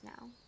now